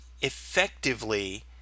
effectively